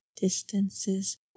distances